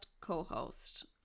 co-host